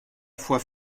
fois